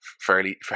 fairly